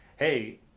hey